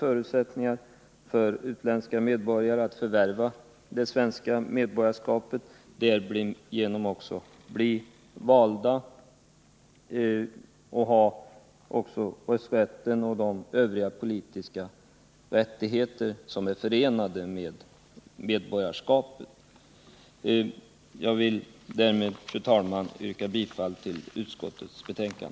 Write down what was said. Härigenom kan utländsk medborgare snabbare förvärva svenskt medborgarskap och därmed också få möjlighet att bli vald samt utöva sin rösträtt och de övriga politiska rättigheter som är förenade med medborgarskapet. Fru talman! Jag yrkar bifall till utskottets hemställan.